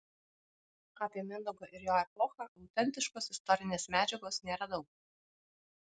apie mindaugą ir jo epochą autentiškos istorinės medžiagos nėra daug